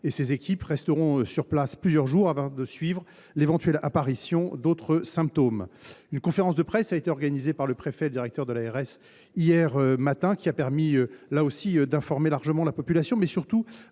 Ces équipes resteront sur place plusieurs jours afin de suivre l’éventuelle apparition d’autres symptômes. Une conférence de presse a été organisée hier matin par le préfet et le directeur de l’ARS ; elle a permis d’informer largement la population, mais surtout